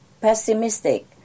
pessimistic